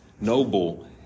noble